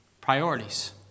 Priorities